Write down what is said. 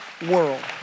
world